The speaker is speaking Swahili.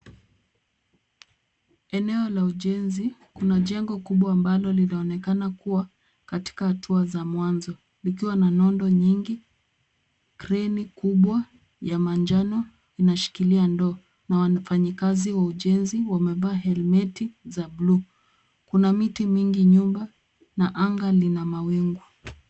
Eneo la ujenzi; kuna jengo kubwa ambalo linaonekana kuwa katika hatua za mwanzo zikiwa na nundu nyingi, kreni kubwa ya manjano inashikilia ndoo na wafanyikazi wa ujenzi wamevaa helmeti za bluu. Kuna miti mingi nyuma na anga lina mawingu.